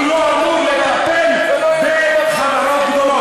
הוא לא אמור לטפל בחברות גדולות.